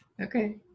Okay